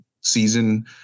season